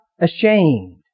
ashamed